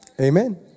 Amen